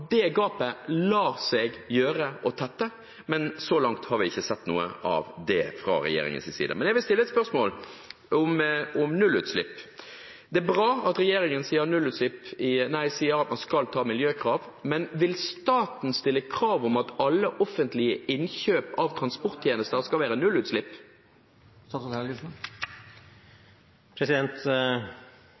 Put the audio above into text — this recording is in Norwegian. gapet lar seg gjøre å tette, men så langt har vi ikke sett noe av det fra regjeringens side. Men jeg vil stille et spørsmål om nullutslipp. Det er bra at regjeringen sier at man skal ha miljøkrav, men vil staten stille krav om at alle offentlige innkjøp av transporttjenester skal være nullutslipp?